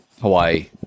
Hawaii